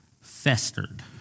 festered